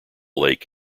lake